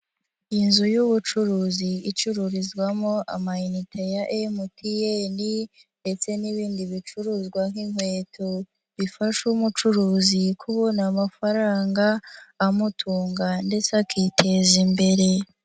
Inzu y'ubucuruzi, icururizwamo amayinite ya MTN ndetse n'ibindi bicuruzwa nk'inkweto, bifasha umucuruzi kubona amafaranga amutunga ndetse akiteza imbere.